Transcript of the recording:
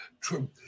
Trump